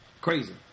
crazy